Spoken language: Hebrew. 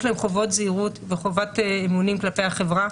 להם חובות זהירות וחובת אמונים כלפי החברה,